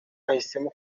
bahisemo